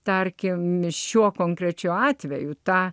tarkim šiuo konkrečiu atveju tą